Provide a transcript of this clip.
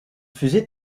fusil